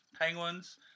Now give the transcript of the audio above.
Penguins